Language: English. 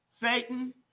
Satan